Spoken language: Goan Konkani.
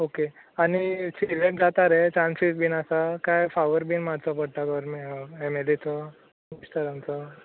ओके आनी सिलॅक्ट जाता रे चांसीज बीन आसा काय फावोर बीन मारचो पडटा गोरमे एम एल ए चो मिनीस्टरांचो